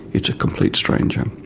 it's a complete stranger.